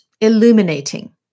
Illuminating